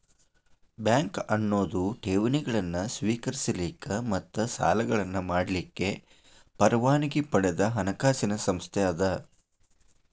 bank ಅನ್ನೊದು ಠೇವಣಿಗಳನ್ನ ಸ್ವೇಕರಿಸಲಿಕ್ಕ ಮತ್ತ ಸಾಲಗಳನ್ನ ಮಾಡಲಿಕ್ಕೆ ಪರವಾನಗಿ ಪಡದ ಹಣಕಾಸಿನ್ ಸಂಸ್ಥೆ ಅದ